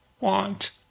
want